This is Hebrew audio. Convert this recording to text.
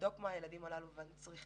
לבדוק מה הילדים האלה צריכים,